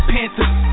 Panthers